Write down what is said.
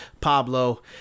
Pablo